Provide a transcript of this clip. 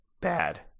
Bad